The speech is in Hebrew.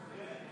כך,